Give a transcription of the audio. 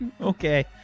Okay